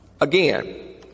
again